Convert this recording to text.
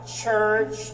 church